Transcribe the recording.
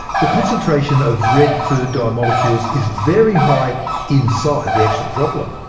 the concentration of red food dye molecules is very high inside the actual droplet.